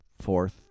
fourth